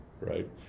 Right